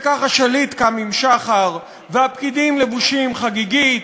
וכך השליט קם עם שחר, והפקידים לבושים חגיגית,